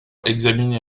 examiné